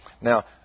Now